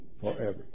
forever